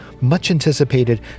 much-anticipated